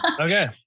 okay